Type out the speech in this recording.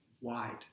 wide